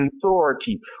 authority